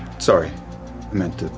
sorry, i meant